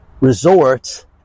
resorts